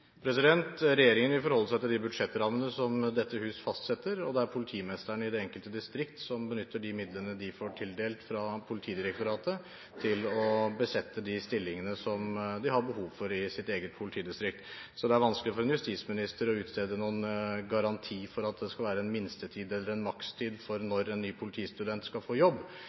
Regjeringen vil forholde seg til de budsjettrammene som dette hus fastsetter. Det er politimesterne i de enkelte distrikt som benytter de midlene de får tildelt fra Politidirektoratet, til å besette de stillingene som de har behov for i sitt eget politidistrikt, så det er vanskelig for en justisminister å utstede noen garanti for at det skal være en minstetid eller en makstid for når en ny politistudent skal få jobb.